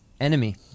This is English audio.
Enemy